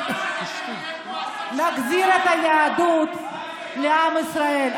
נחזיר את היהדות לעם ישראל.